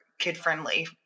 kid-friendly